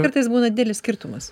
kartais būna didelis skirtumas